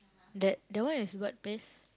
that that one is what place